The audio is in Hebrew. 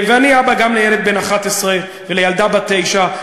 גם אני אבא לילד בן 11 ולילדה בת תשע,